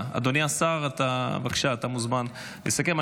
אדוני השר, בבקשה, אתה מוזמן לסכם.